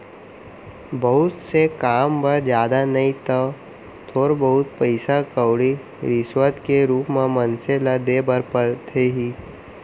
बहुत से काम बर जादा नइ तव थोर बहुत पइसा कउड़ी रिस्वत के रुप म मनसे ल देय बर परथे ही